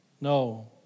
no